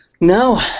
no